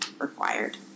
required